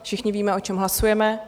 Všichni víme, o čem hlasujeme.